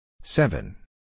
Seven